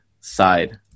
side